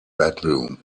bedroom